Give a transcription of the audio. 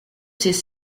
ces